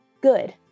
good